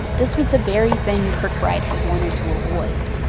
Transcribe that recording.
this was the very thing kirkbride had wanted to avoid.